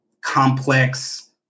complex